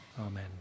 Amen